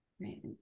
right